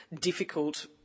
difficult